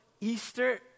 easter